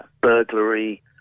burglary